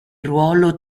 ruolo